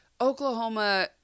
oklahoma